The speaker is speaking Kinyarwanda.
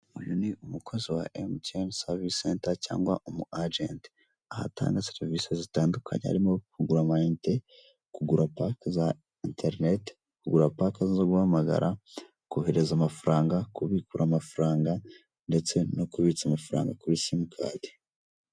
Uyu ni umukozi wa emutiyeni savisi senta cyangwa umu ajenti, aho atanga serivise zitandukanye harimo kugura amayinite, kugura pake za interinete, kugura pake zo guhamagara, kohereza amafaranga, kubikura amafaranga ndetse no kubitsa amafaranga kuri simukadi.